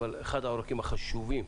אבל אחד העורקים החשובים,